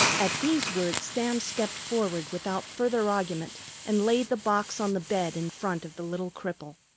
at these words sam stepped forward without further argument and laid the box on the bed in front of the little cripple.